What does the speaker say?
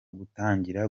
gutangira